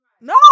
No